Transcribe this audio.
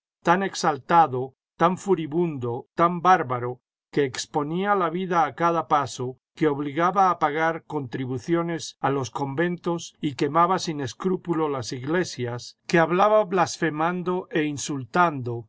tan exaltado tan furibundo tan bárbaro que exponía la vida a cada paso que obligaba a pagar contribuciones a los conventos y quemaba sin escrúpulo las iglesias que hablaba blasfemando e insultando